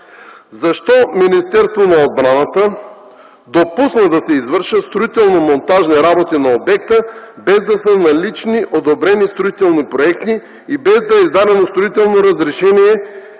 защо Министерството на отбраната допусна да се извършат строително-монтажни работи на обекта, без да са налични одобрени строителни проекти, и без да е издадено строително разрешение